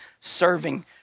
serving